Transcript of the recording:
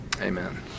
Amen